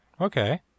Okay